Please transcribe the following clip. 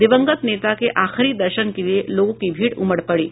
दिवंगत नेता के आखिरी दर्शन के लिए लोगों की भीड़ उमड़ पड़ी